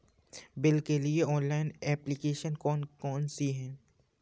Bill के लिए online application कौन कौन सी हैं?